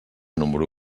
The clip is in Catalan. número